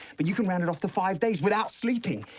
but you can round it off to five days without sleeping.